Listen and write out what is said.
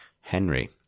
Henry